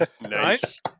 Nice